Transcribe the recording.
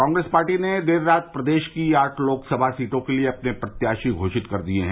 Congress party ने देर रात प्रदेश की आठ लोकसभा सीटों के लिए अपने प्रत्याशी घोषित कर दिए हैं